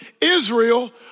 Israel